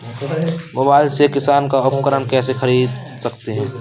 Mobile से किसान उपकरण कैसे ख़रीद सकते है?